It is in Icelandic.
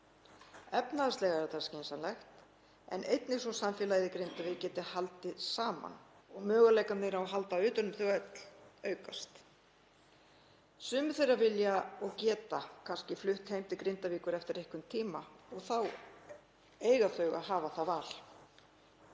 Efnahagslega er það skynsamlegt en einnig svo að samfélagið í Grindavík geti haldið saman og möguleikarnir á að halda utan um þau öll aukast. Sumir þeirra vilja og geta kannski flutt heim til Grindavíkur eftir einhvern tíma og þá eiga þau að hafa það val.